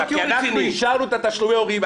כי אנחנו אישרנו את תשלומי ההורים.